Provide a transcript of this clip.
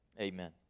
amen